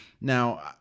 Now